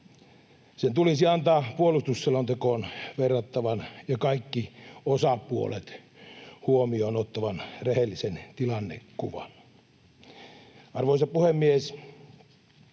Sen tulisi antaa puolustusselontekoon verrattava ja kaikki osapuolet huomioon ottava, rehellinen tilannekuva. Arvoisa puhemies!